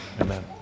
Amen